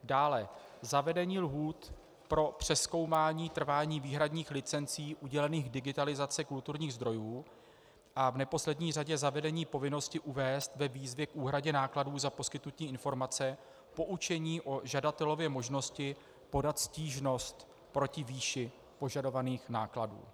Dále zavedení lhůt pro přezkoumání trvání výhradních licencí udělených k digitalizaci kulturních zdrojů a v neposlední řadě zavedení povinnosti uvést ve výzvě k úhradě nákladů za poskytnutí informace poučení o žadatelově možnosti podat stížnost proti výši požadovaných nákladů.